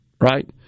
right